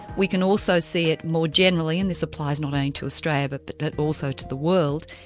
we can also see it more generally and this applies not only to australia but but but also to the world,